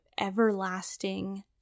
everlasting